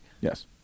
Yes